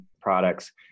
products